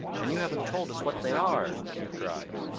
and you haven't told us what they are, he cried.